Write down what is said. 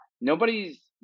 nobody's